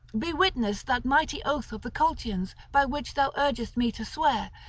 be witness that mighty oath of the colchians by which thou urgest me to swear,